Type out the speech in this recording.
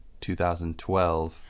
2012